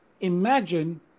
Imagine